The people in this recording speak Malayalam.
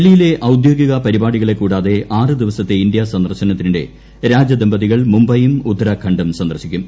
ഡൽഹിയിലെ ഔദ്യോഗിക പരിപാടികളെ കൂടാതെ ആറ് ദിവസത്തെ ഇന്ത്യാ സന്ദർശനത്തിനിടെ രാജദമ്പതികൂൾ ്മുംബൈയും ഉത്തരാഖണ്ഡും സന്ദർശിക്കും